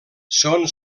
són